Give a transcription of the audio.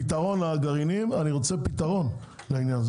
פתרון הגרעינים ואני רוצה פתרון לעניין הזה,